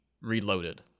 Reloaded